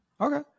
okay